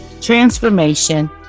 transformation